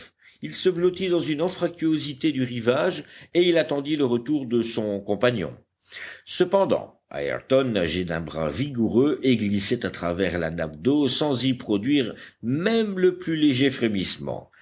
il se blottit dans une anfractuosité du rivage et il attendit le retour de son compagnon cependant ayrton nageait d'un bras vigoureux et glissait à travers la nappe d'eau sans y produire même le plus léger frémissement